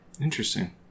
Interesting